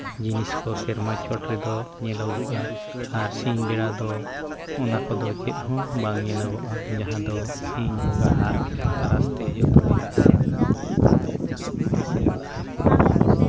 ᱡᱤᱱᱤᱥ ᱠᱚ ᱥᱮ ᱥᱮᱨᱢᱟ ᱪᱚᱴ ᱨᱮᱫᱚ ᱧᱮᱞᱚᱜᱼᱟ ᱟᱨ ᱥᱤᱧ ᱵᱮᱲᱟ ᱫᱚ ᱚᱱᱟ ᱠᱚᱫᱚ ᱪᱮᱫᱦᱚᱸ ᱵᱟᱝ ᱧᱮᱞᱚᱜᱚᱜᱼᱟ ᱡᱟᱦᱟᱸ ᱫᱚ ᱥᱤᱧ ᱵᱚᱸᱜᱟᱣᱟᱜ ᱟᱨ ᱛᱟᱨᱟᱥᱛᱮ ᱡᱚᱛᱚᱭ ᱮᱥᱮᱫ ᱠᱟᱠᱚᱣᱟ ᱚᱱᱟ ᱮᱥᱮᱨ ᱫᱟᱨᱟᱭᱛᱮ